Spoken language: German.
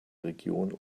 region